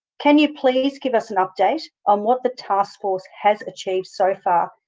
can you please give us an update on what the taskforce has achieved so far,